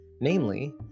namely